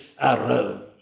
arose